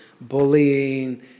bullying